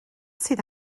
sydd